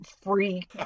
free